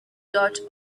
dot